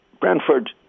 Brentford